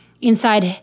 inside